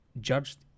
judged